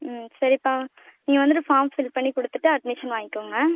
ம் சரிப்பா நீங்கள் வந்துவிட்டு ஃபார்ம் ஃபில் பண்ணி கொடுத்துட்டு அட்மிஷன் வாங்கிக்கோங்க